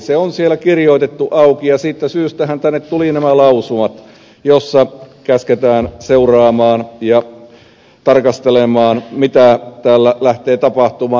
se on siellä kirjoitettu auki ja siitä syystähän tänne tulivat nämä lausumat joissa käsketään seuraamaan ja tarkastelemaan mitä täällä lähtee tapahtumaan